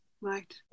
Right